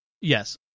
Yes